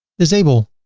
disable